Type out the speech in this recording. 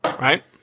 Right